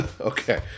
Okay